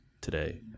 today